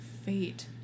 fate